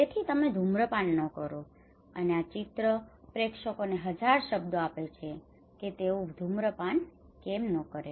તેથી ધૂમ્રપાન ન કરો અને આ ચિત્ર પ્રેક્ષકોને હજાર શબ્દો આપે છે કે તેઓ કેમ ધૂમ્રપાન ન કરે